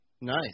nice